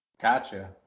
Gotcha